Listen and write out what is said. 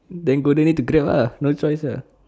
then go there need to grab lah no choice ah